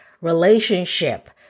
relationship